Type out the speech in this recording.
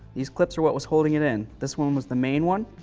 these clips are what was holding it in. this one was the main one.